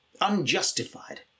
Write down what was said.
unjustified